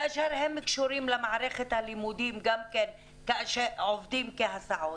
כשהם קשורים גם למערכת הלימודים שעובדים כהסעות.